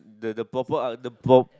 the the proper the uh the pro~